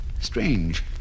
Strange